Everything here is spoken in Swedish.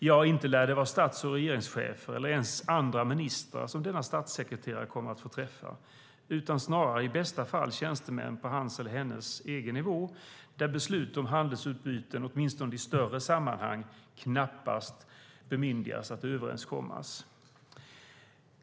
Ja, inte lär det vara statsråd och regeringschefer, eller ens andra ministrar, som statssekreteraren kommer att få träffa, utan i bästa fall tjänstemän på hans eller hennes egen nivå där beslut om handelsutbyten, åtminstone i större sammanhang, knappast bemyndigats att överenskommas.